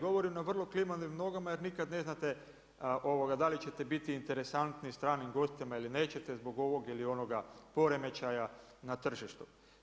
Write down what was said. Govorim o vrlo klimavim nogama jer nikada ne znate da li ćete biti interesantni stranim gostima ili nećete zbog ovog ili onoga poremećaja na tržištu.